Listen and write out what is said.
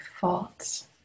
thoughts